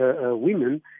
Women